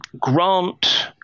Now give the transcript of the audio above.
grant